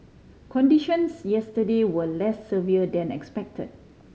conditions yesterday were less severe than expected